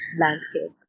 landscape